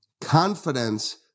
confidence